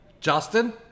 Justin